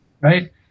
Right